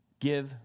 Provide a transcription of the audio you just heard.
give